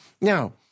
Now